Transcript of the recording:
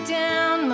down